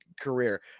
career